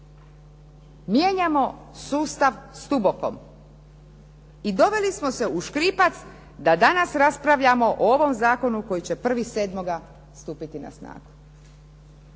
ne razumije./... i doveli smo se u škripac da danas raspravljamo o ovom zakonu koji će 1.7. stupiti na snagu.